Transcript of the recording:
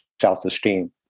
self-esteem